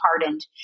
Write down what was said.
pardoned